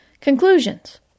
Conclusions